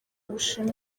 bushinwa